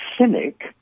cynic